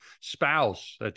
spouse